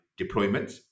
deployments